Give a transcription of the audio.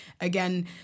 Again